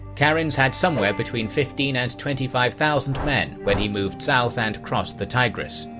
karinz had somewhere between fifteen and twenty five thousand men when he moved south and crossed the tigris.